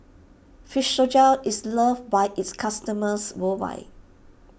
Physiogel is loved by its customers worldwide